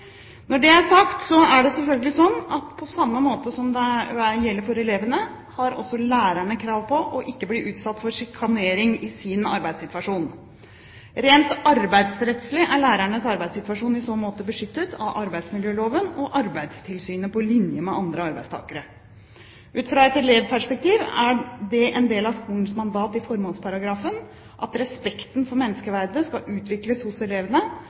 Når det er sagt, er det selvfølgelig slik at på samme måte som det som gjelder for elevene, har også lærerne krav på ikke å bli utsatt for sjikanering i sin arbeidssituasjon. Rent arbeidsrettslig er lærernes arbeidssituasjon i så måte beskyttet av arbeidsmiljøloven og Arbeidstilsynet, på linje med andre arbeidstakere. Ut fra et elevperspektiv er det en del av skolens mandat i formålsparagrafen at respekten for menneskeverdet skal utvikles hos elevene.